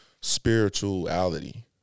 spirituality